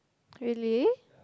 really